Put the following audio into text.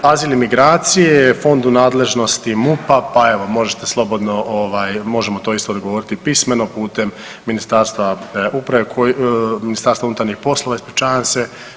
Azil i migracije, Fond je u nadležnosti MUP-a, pa evo možete slobodno, možemo to isto odgovoriti pismeno putem Ministarstva uprave, Ministarstva unutarnjih poslova ispričavam se.